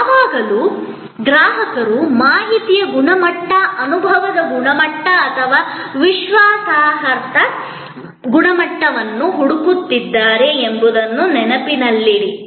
ಯಾವಾಗಲೂ ಗ್ರಾಹಕರು ಮಾಹಿತಿಯ ಗುಣಮಟ್ಟ ಅನುಭವದ ಗುಣಮಟ್ಟ ಅಥವಾ ವಿಶ್ವಾಸಾರ್ಹತೆಯ ಗುಣಮಟ್ಟವನ್ನು ಹುಡುಕುತ್ತಿದ್ದಾರೆ ಎಂಬುದನ್ನು ನೆನಪಿನಲ್ಲಿಡಿ